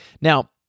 Now